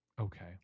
Okay